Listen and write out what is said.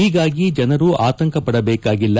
ಹೀಗಾಗಿ ಜನರು ಆತಂಕ ಪಡಬೇಕಾಗಿಲ್ಲ